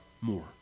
more